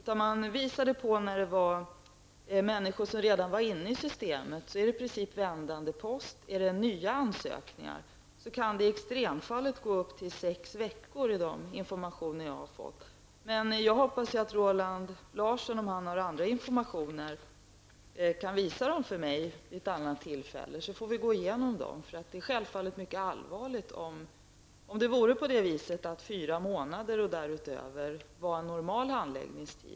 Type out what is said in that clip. Man redovisade i stället att det, om det gäller människor som redan är inne i systemet, i princip är fråga om vändande post och att det, om det rör sig om nya ansökningar, i extremfallet kan gå upp till sex veckor innan stödet betalas ut. Jag hoppas att Roland Larsson, om han har tillgång till andra informationer, vid något tillfälle kan visa dem för mig så att vi kan igenom dem. Det är självfallet mycket allvarligt om en normal handläggningstid är fyra månader eller mer.